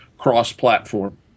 cross-platform